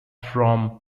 from